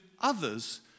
others